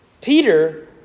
Peter